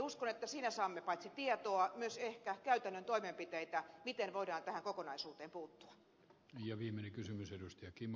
uskon että siitä saamme paitsi tietoa myös ehkä käytännön toimenpiteitä miten voidaan tähän kokonaisuuteen puuttua ja viimeinen kysymys edustaja kimmo